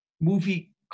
movie